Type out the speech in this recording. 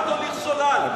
אל תוליך שולל.